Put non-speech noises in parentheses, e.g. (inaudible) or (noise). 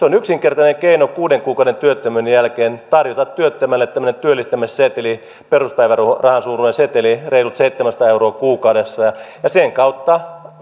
(unintelligible) on yksinkertainen keino kuuden kuukauden työttömyyden jälkeen tarjota työttömälle tämmöinen työllistämisseteli peruspäivärahan suuruinen seteli reilut seitsemänsataa euroa kuukaudessa ja ja sen kautta (unintelligible)